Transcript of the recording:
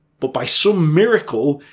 but by some miracle,